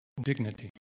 dignity